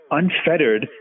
unfettered